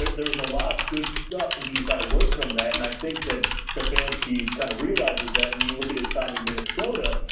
there. there was a lot of good stuff that you can kind of work from that. and i think that the fancy kind of realizes that when you look at his time in minnesota,